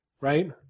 right